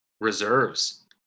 reserves